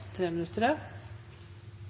tre